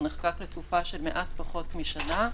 הוא נחקק לתקופה של מעט פחות משנה.